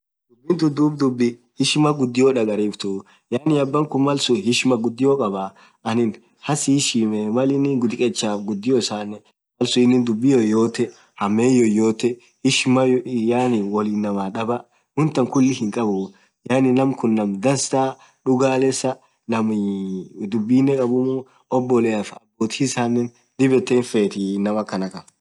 dhubii tun dhub dhubii heshima ghudio dhagariftu yaani abakhun malsun heshima ghudio khabaa anin haa si heshimee Mal inin dhikechaf ghudio isanen malsun inin dhubi yoyote hammen yoyote heshiman yaani woo inamaa dhaba wonthan khulli hinkhabuu yaani namkhun naam dhansaa dhugalesa namii dhubinen khabumm obboleaf abothi isanen dhib yet hinfethi naam akhanakha